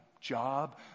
job